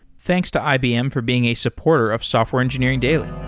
thanks to ibm for being a supporter of software engineering daily.